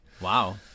Wow